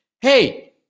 Hey